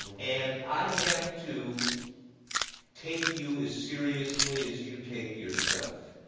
and i have to take you as seriously as you take yourself.